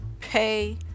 pay